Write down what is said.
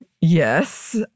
Yes